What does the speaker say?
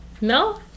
No